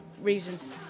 reasons